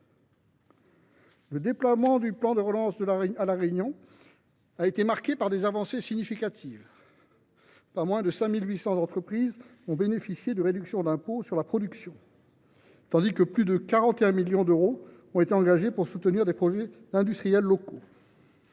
Le déploiement du plan de relance à La Réunion a été marqué par des avancées significatives : pas moins de 5 800 entreprises ont bénéficié de réductions d’impôts sur la production, tandis que plus de 41 millions d’euros ont été engagés pour soutenir des projets industriels locaux.